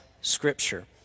scripture